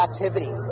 activity